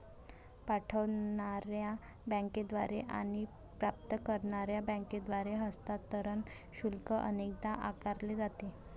पाठवणार्या बँकेद्वारे आणि प्राप्त करणार्या बँकेद्वारे हस्तांतरण शुल्क अनेकदा आकारले जाते